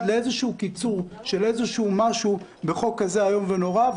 לאיזשהו קיצור של איזשהו משהו בחוק כזה איום ונורא.